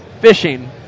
fishing